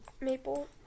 Maple